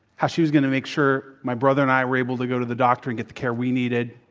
how she was going to make sure my brother and i were able to go to the doctor and get the care we needed.